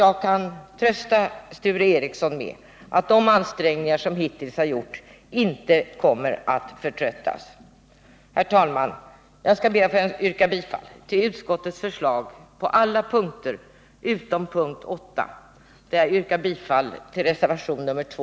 Jag kan trösta Sture Ericson med att säga att vi liksom hittills inte skall förtröttas i våra ansträngningar. Herr taiman! Jag ber att få yrka bifall till utskottets förslag på alla punkter utom p. 8, där jag yrkar bifall till reservationen 2.